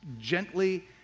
gently